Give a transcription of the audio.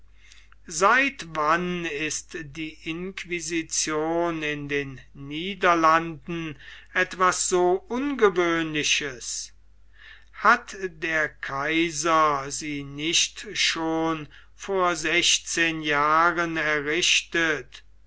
seit wann ist die inquisition in den niederlanden etwas so ungewöhnliches hat der kaiser sie nicht schon vor sechzehn jahren errichtet